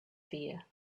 fear